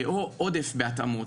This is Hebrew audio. או עודף בהתאמות.